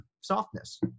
softness